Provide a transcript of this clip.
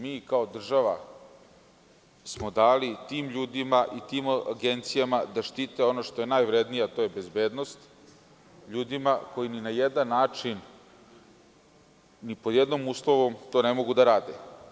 Mi smo kao država dali tim ljudima i tim agencijama da štite ono što je najvrednije, a to je bezbednost, ljudima koji ni na jedan način, ni po jednom uslovu to ne mogu da rade.